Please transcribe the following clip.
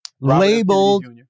Labeled